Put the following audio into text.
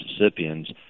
Mississippians